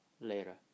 later